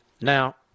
Now